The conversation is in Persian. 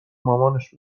مامانش